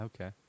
Okay